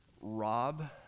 rob